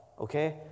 okay